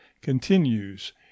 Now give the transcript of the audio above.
continues